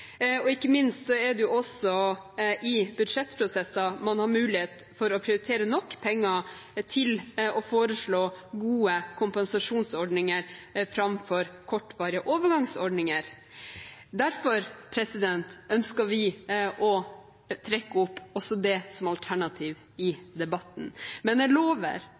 og ikke minst er det også i budsjettprosesser man har mulighet for å prioritere nok penger til å foreslå gode kompensasjonsordninger framfor kortvarige overgangsordninger. Derfor ønsker vi å trekke opp også det som alternativ i debatten. Men jeg lover